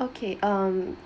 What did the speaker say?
okay um